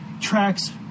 tracks